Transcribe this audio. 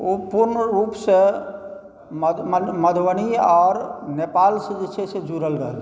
ओ पूर्ण रूपसँ मधुबनी आओर नेपालसँ जे छै जुड़ल रहलैए